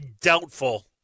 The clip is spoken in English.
Doubtful